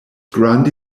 grundy